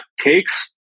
takes